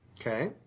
Okay